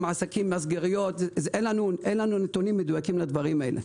מסגריות אין לנו נתונים מדויקים לכך,